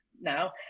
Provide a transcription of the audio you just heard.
now